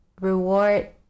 reward